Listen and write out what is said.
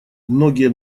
многие